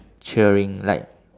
cheering like